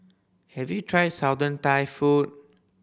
have you tried Southern Thai food